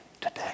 today